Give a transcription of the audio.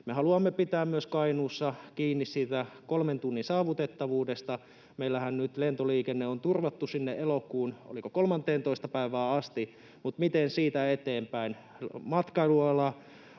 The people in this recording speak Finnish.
me haluamme pitää myös Kainuussa kiinni siitä kolmen tunnin saavutettavuudesta. Meillähän nyt lentoliikenne on turvattu sinne elokuun, oliko, 13. päivään asti, mutta miten siitä eteenpäin? Matkailuala